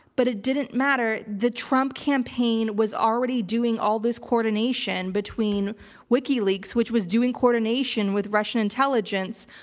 but it didn't matter. the trump campaign was already doing all this coordination between wikileaks, which was doing coordination with russian intelligence,